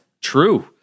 true